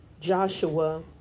Joshua